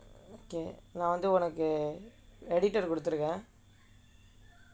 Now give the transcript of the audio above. okay நான் வந்து உனக்கு:naan vanthu unakku edit கொடுத்திருக்கேன்:koduthirukkaen